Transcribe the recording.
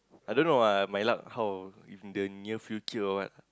I don't know ah my luck how in the near future or what